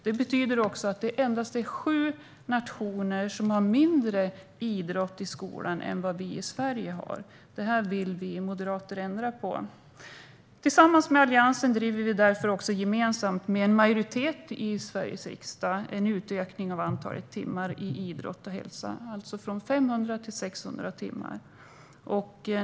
Detta betyder att det endast är sju nationer som har mindre idrott i skolan än vad vi i Sverige har. Detta vill vi moderater ändra på. Tillsammans med Alliansen driver vi därför gemensamt, med en majoritet i Sveriges riksdag, att antalet timmar i idrott och hälsa ska ökas från 500 till 600 timmar.